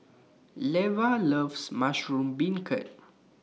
Leva loves Mushroom Beancurd